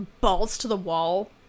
balls-to-the-wall